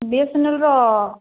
ବିଏସଏନଏଲ୍ର